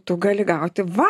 tu gali gauti va